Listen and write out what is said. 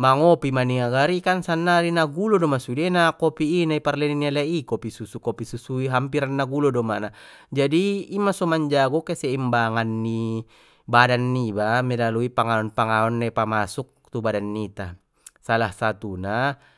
mangopi ma nia gari kan sannari na gulo doma sudena kopi i na parleni ni alai i kopi susu kopi susu i na hampiran na gulo doma jadi ima so manjago keseimbangan ni badan niba melalui panganon panganon na pa masuk tu badan nita salah satu na.